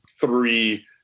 three